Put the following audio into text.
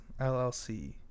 LLC